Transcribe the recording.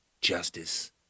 justice